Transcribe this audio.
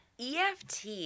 EFT